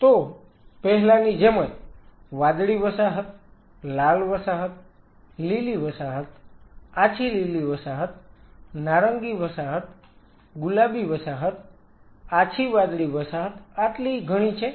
તો પહેલાની જેમજ વાદળી વસાહત લાલ વસાહત લીલી વસાહત આછી લીલી વસાહત નારંગી વસાહત ગુલાબી વસાહત આછી વાદળી વસાહત આટલી ઘણી છે